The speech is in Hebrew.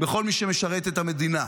בכל מי שמשרת את המדינה.